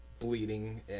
Bleeding